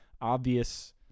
obvious